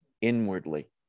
inwardly